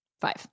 Five